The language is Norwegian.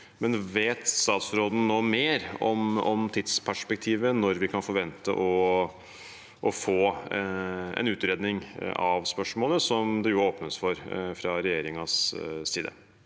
Vet statsråden noe mer om tidsperspektivet – når vi kan forvente å få en utredning av spørsmålet, som det åpnes for fra regjeringens side?